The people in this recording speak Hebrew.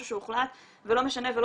או שפשוט נצמדים למשהו שהוחלט ולא משנה ולא